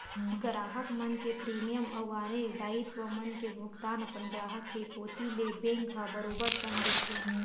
गराहक मन के प्रीमियम अउ आने दायित्व मन के भुगतान अपन ग्राहक के कोती ले बेंक ह बरोबर संग देथे